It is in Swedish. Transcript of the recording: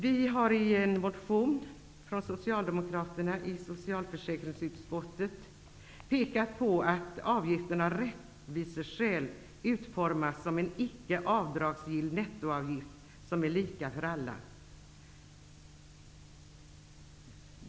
Vi socialdemokrater pekar i en motion i socialförsäkringsutskottet på att avgifterna av rättviseskäl bör utformas som en icke avdragsgill nettoavgift som är lika för alla.